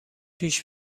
پیش